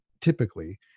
typically